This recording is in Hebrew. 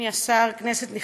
אדוני השר, כנסת נכבדה,